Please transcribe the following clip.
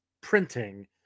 printing